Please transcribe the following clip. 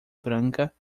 branca